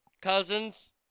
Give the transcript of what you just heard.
cousins